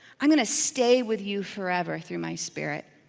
i'm gonna stay with you forever through my spirit.